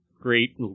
great